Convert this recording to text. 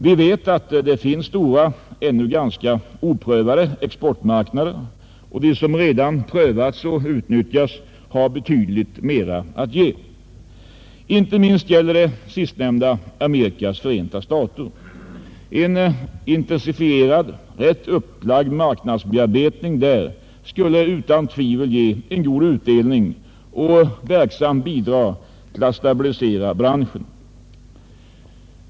Vi vet att det finns stora, ännu ganska oprövade exportmarknader och att de som redan prövats och utnyttjas har betydligt mera att ge. Inte minst gäller det sistnämnda Förenta staterna. En intensifierad, rätt upplagd marknadsbearbetning där skulle utan tvivel ge en god utdelning och verksamt bidra till att stabilisera branschen.